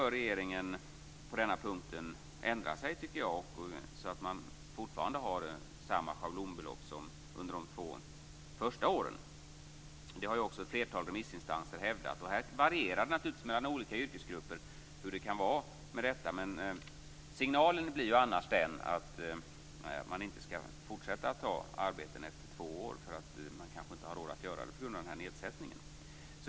Regeringen bör ändra sig på denna punkt, så att det fortfarande är samma schablonbelopp som under de två första åren. Det har också ett flertal remissinstanser hävdat. Det varierar naturligtvis mellan olika yrkesgrupper hur det kan vara. Signalen blir annars den att man inte skall fortsätta att ta arbeten efter två år, då man kanske inte har råd att göra det på grund av den här nedsättningen.